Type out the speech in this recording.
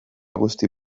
guzti